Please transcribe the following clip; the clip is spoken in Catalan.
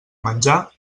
menjar